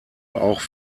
auch